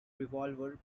revolver